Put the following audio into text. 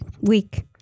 week